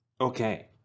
Okay